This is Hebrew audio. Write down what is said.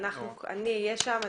אני אהיה שם.